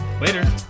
Later